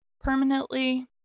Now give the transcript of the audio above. permanently